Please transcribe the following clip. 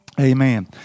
Amen